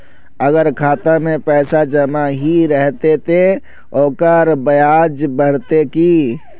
अगर खाता में पैसा जमा ही रहते ते ओकर ब्याज बढ़ते की?